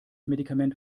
medikament